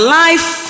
life